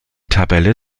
tabelle